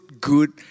good